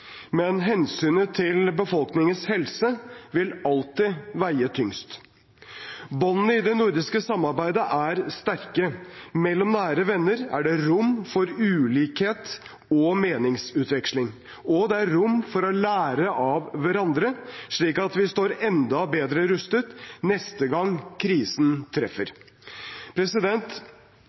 Men hensynet til befolkningens helse vil alltid veie tyngst. Båndene i det nordiske samarbeidet er sterke. Mellom nære venner er det rom for ulikhet og meningsutveksling, og det er rom for å lære av hverandre, slik at vi står enda bedre rustet neste gang krisen treffer.